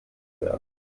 werden